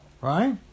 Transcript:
Right